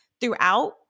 throughout